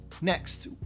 Next